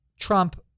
Trump